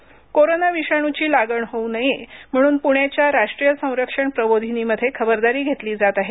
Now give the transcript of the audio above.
NDA corona विषाणुची लागण् होऊ नये म्हणून पुण्याच्या राष्ट्रीय संरक्षण प्रबोधिनीमध्ये खबरदारी घेतली जात आहे